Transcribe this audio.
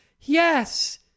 yes